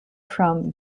from